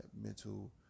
mental